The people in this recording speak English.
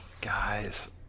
guys